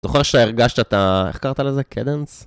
זוכר שאתה הרגשת את ה... איך קראת לזה? קדנס?